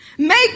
Make